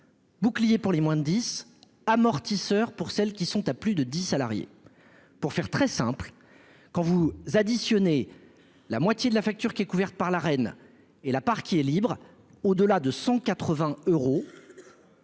bouclier pour les moins 10 amortisseurs pour celles qui sont à plus de 10 salariés pour faire très simple : quand vous additionnez la moitié de la facture qui est couverte par la reine et la part qui est libre, au delà de 180 euros.